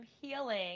healing